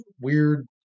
weird